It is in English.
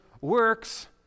works